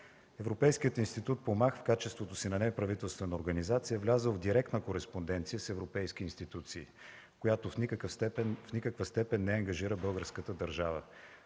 Европейският институт „Помак” в качеството си на неправителствена организация е влязъл в директна кореспонденция с европейски институции, която в никаква степен не ангажира българската държава.